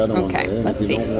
ok. let's